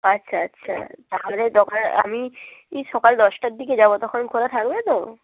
আচ্ছা আচ্ছা তাহলে দোকান আমি এই সকাল দশটার দিকে যাবো তখন খোলা থাকবে তো